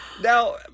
Now